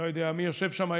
אני לא יודע מי יושב שם היום,